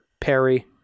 Perry